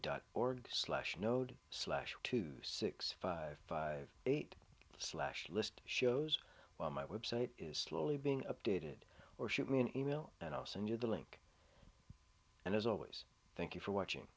dot org slash node slash two six five five eight slash list shows while my website is slowly being updated or shoot me an email and i'll send you the link and as always thank you for watching